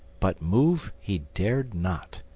but move he dared not.